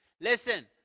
Listen